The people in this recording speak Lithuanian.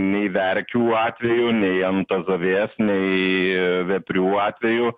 nei verkių atveju nei antazavės nei veprių atveju